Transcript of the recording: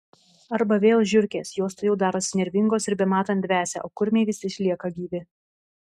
arba vėl žiurkės jos tuojau darosi nervingos ir bematant dvesia o kurmiai visi išlieka gyvi